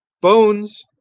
Bones